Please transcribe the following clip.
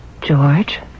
George